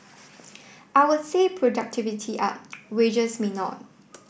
I would say productivity up wages may not